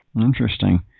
Interesting